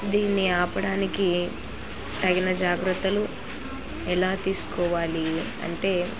దీన్ని ఆపడానికి తగిన జాగ్రత్తలు ఎలా తీసుకోవాలి అంటే